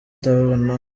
ndabona